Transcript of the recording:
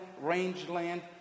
rangeland